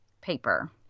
Paper